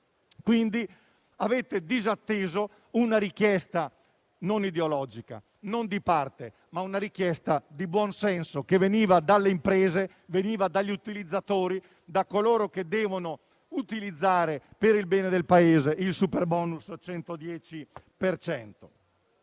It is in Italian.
quindi disatteso una richiesta non ideologica, non di parte, ma di buonsenso, che veniva dalle imprese, dagli utilizzatori, da coloro che devono utilizzare, per il bene del Paese, il superbonus 110